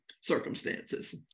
circumstances